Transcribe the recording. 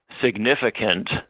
significant